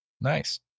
Nice